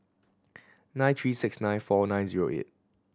nine three six nine four nine zero eight